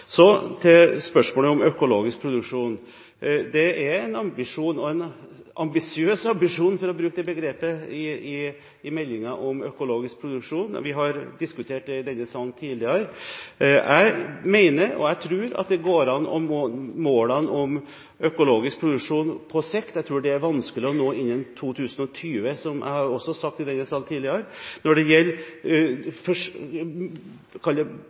en «ambisiøs ambisjon» – for å bruke det begrepet – om økologisk produksjon. Vi har diskutert dette i denne salen tidligere. Jeg tror det går an å nå målet om økologisk produksjon på sikt – jeg tror det er vanskelig å nå det innen 2020, som jeg også har sagt i denne salen tidligere. Når det gjelder